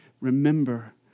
remember